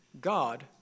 God